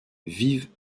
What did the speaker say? vivent